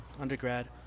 undergrad